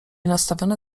nastawione